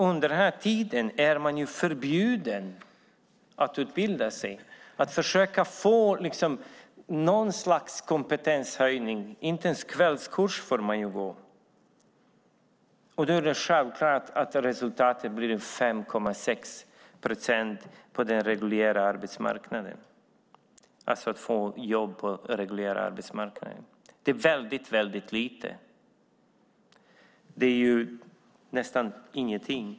Under den här tiden är man förbjuden att utbilda sig, att försöka få någon slags kompetenshöjning. Inte ens kvällskurs får man gå. Då är det självklart att resultatet blir 5,6 procent som får jobb på den reguljära arbetsmarknaden. Det är väldigt lite. Det är nästan ingenting.